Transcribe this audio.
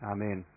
Amen